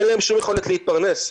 אין שום יכולת להתפרנס.